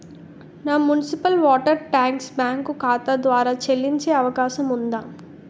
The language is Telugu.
నా మున్సిపల్ వాటర్ ట్యాక్స్ బ్యాంకు ఖాతా ద్వారా చెల్లించే అవకాశం ఉందా?